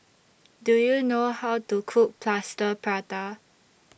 Do YOU know How to Cook Plaster Prata